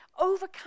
overcome